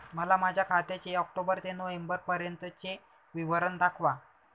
मला माझ्या खात्याचे ऑक्टोबर ते नोव्हेंबर पर्यंतचे विवरण दाखवा